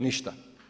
Ništa.